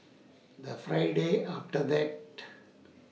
The Friday after that